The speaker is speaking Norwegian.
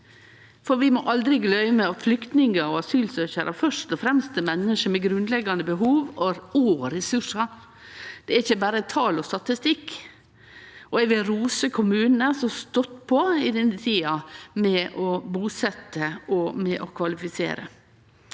Vi må aldri gløyme at flyktningar og asylsøkjarar først og fremst er menneske med grunnleggjande behov og ressursar. Dei er ikkje berre tal og statistikk. Eg vil rose kommunane som har stått på i denne tida med å busetje og med å kvalifisere.